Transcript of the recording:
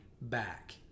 back